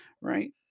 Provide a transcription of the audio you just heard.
right